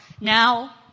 Now